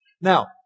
Now